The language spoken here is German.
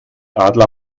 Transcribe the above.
adler